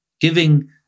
giving